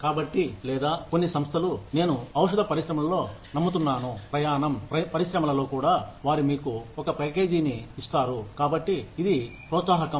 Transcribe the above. కాబట్టి లేదా కొన్ని సంస్థలు నేను ఔషధ పరిశ్రమలో నమ్ముతున్నాను ప్రయాణం పరిశ్రమలో కూడా వారు మీకు ఒక ప్యాకేజీని ఇస్తారు కాబట్టి ఇది ప్రోత్సాహకం